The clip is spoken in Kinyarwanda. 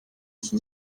iki